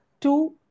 Two